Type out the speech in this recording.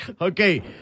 Okay